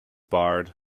barred